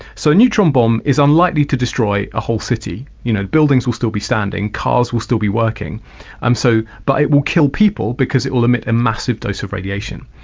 so a neutron bomb is unlikely to destroy a whole city, you know, buildings will still be standing, cars will still be working so but it will kill people because it will emit a massive dose of radiation.